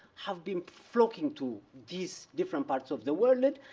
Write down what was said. have been flocking to these different parts of the world.